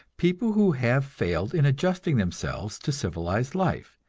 people who have failed in adjusting themselves to civilized life,